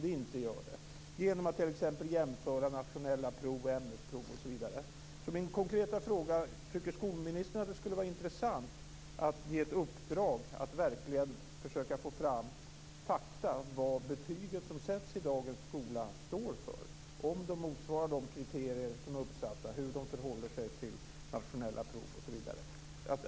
Detta kunde man få reda på genom att t.ex. jämföra nationella prov och ämnesprov osv. Min konkreta fråga är: Tycker skolministern att det skulle vara intressant att ge i uppdrag att verkligen försöka få fram fakta om vad betygen som sätts i dagens skola står för - om de motsvarar de kriterier som är uppsatta, hur de förhåller sig till nationella prov osv.?